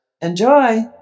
Enjoy